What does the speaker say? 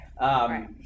Right